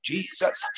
Jesus